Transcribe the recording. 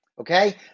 okay